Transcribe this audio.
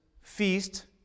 feast